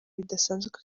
bidasanzwe